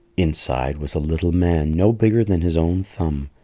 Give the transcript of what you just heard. inside was a little man no bigger than his own thumb,